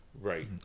Right